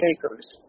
acres